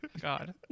God